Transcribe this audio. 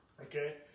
Okay